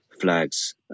flags